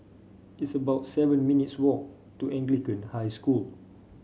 it's about seven minutes' walk to Anglican High School